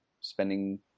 spending